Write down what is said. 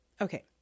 Okay